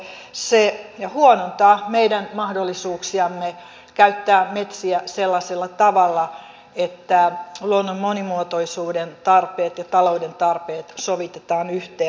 se huonontaa meidän mahdollisuuksiamme käyttää metsiä sellaisella tavalla että luonnon monimuotoisuuden tarpeet ja talouden tarpeet sovitetaan yhteen